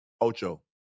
Ocho